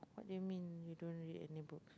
what do you mean you don't read any books